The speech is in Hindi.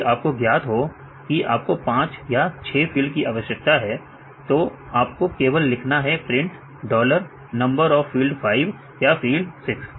यदि आपको ज्ञात हो कि आपको 5 या 6 फील्ड की आवश्यकता है तो आपको केवल लिखना है प्रिंट number of field 5 या field 6